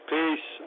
peace